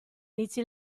inizi